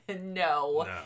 no